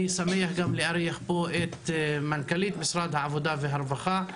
אני שמח לארח פה גם את מנכ"לית משרד העבודה והרווחה,